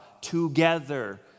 together